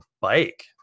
bike